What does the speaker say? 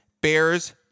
Bears